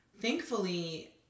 thankfully